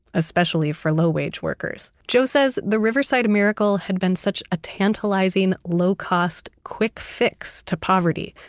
especially for low wage workers, joe says, the riverside miracle had been such a tantalizing low cost, quick fix to poverty.